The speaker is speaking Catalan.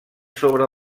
sobre